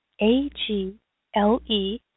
A-G-L-E